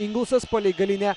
ingelsas palei galinę